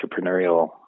entrepreneurial